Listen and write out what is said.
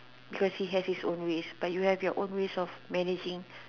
because he has his own ways but you have your own ways of managing